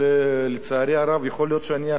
יכול להיות שאני עכשיו אגיד דברים קשים,